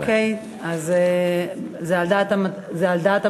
אוקיי, זה על דעת המציעים?